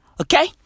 Okay